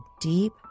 deep